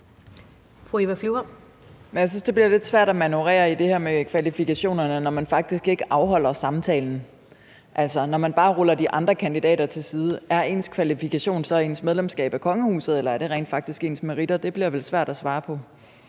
Jeg synes, det bliver lidt svært at manøvrere i det her med kvalifikationerne, når man faktisk ikke afholder samtalen. Når man bare ruller de andre kandidater til side, er ens kvalifikation så ens medlemskab af kongehuset, eller er det rent faktisk ens meritter? Det bliver vel svært at svare på.